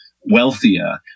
wealthier